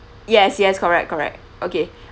yes yes correct correct okay